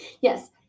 Yes